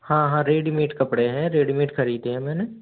हाँ हाँ रेडीमेड कपड़े हैं रेडीमेड ख़रीदे हैं मैंने